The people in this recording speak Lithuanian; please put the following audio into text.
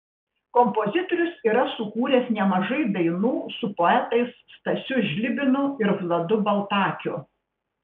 kompozitorius yra sukūręs nemažai dainų su poetais stasiu žlibinu ir vladu baltakiu